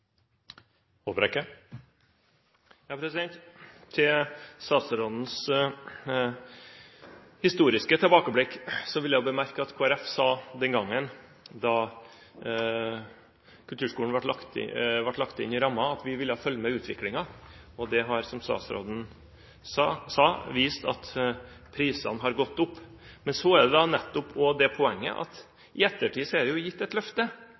Til statsrådens historiske tilbakeblikk vil jeg bemerke at Kristelig Folkeparti sa den gangen da kulturskolen ble lagt inn i rammen, at vi ville følge med på utviklingen. Den har, som statsråden sa, vist at prisene har gått opp. Men så er nettopp poenget at det i ettertid er gitt et løfte, som ikke er et mål, som statsråden nå har gjentatt, men et løfte.